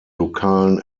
lokalen